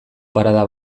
parada